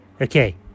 Okay